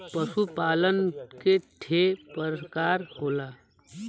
पशु पालन के ठे परकार होला